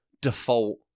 default